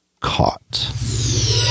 caught